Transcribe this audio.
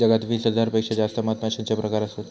जगात वीस हजार पेक्षा जास्त मधमाश्यांचे प्रकार असत